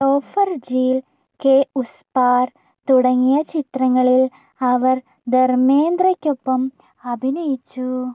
loafer Jheel Ke Us Paar തുടങ്ങിയ ചിത്രങ്ങളിൽ അവർ ധർമേന്ദ്രയ്ക്കൊപ്പം അഭിനയിച്ചു